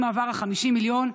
אם הועברו 50 מיליון,